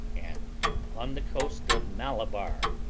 and on the coast of malabar,